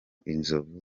inzovu